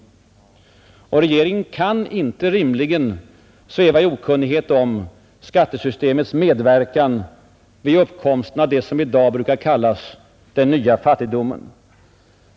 Regeringen kan inte rimligen sväva i okunnighet om skattesystemets medverkan vid uppkomsten av det som i dag brukar kallas ”den nya fattigdomen”.